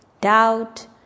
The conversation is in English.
doubt